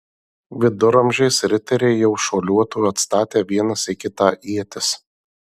viduramžiais riteriai jau šuoliuotų atstatę vienas į kitą ietis